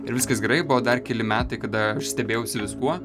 ir viskas gerai buvo dar keli metai kada aš stebėjausi viskuo